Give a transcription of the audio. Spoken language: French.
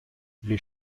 les